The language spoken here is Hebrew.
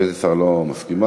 סגנית השר לא מסכימה,